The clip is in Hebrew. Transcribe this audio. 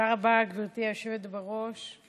תודה רבה, גברתי היושבת בראש.